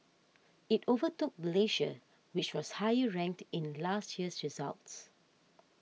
it overtook Malaysia which was higher ranked in last year's results